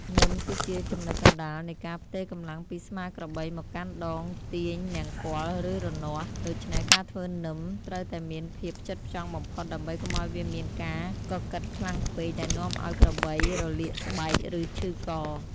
នឹមគឺជាចំណុចកណ្តាលនៃការផ្ទេរកម្លាំងពីស្មាក្របីមកកាន់ដងទាញនង្គ័ល ឬរនាស់ ដូច្នេះការធ្វើនឹមត្រូវតែមានភាពផ្ចិតផ្ចង់បំផុតដើម្បីកុំឱ្យវាមានការកកិតខ្លាំងពេកដែលនាំឱ្យក្របីរលាកស្បែក ឬឈឺក។